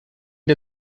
der